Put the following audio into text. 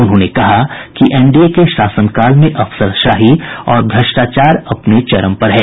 उन्होंने कहा कि एनडीए के शासनकाल में अफसरशाही और भ्रष्टाचार अपने चरम पर है